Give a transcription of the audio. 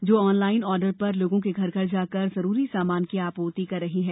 जो online order पर लोगो के घर घर जाकर जरूरी सामान की आपूर्ति कर रही है